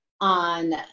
on